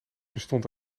bestond